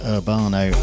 Urbano